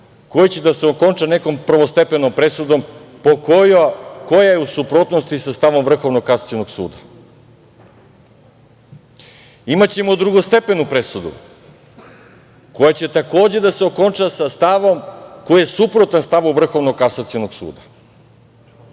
koji će da se okonča nekom prvostepenom presudom koja je u suprotnosti sa stavom Vrhovnog kasacionog suda. Imaćemo drugostepenu presudu, koja će takođe da se okonča sa stavom koji je suprotan stavu Vrhovnog kasacionog suda. Šta